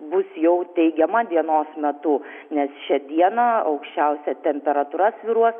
bus jau teigiama dienos metu nes šią dieną aukščiausia temperatūra svyruos